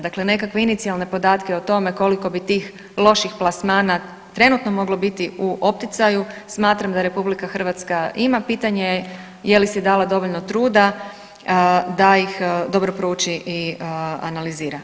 Dakle, nekakve inicijalne podatke o tome koliko bi tih loših plasmana trenutno moglo biti u opticaju, smatram da Republika Hrvatska ima pitanje je li si dala dovoljno truda da ih dobro prouči i analizira.